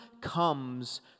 comes